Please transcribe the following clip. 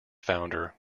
founder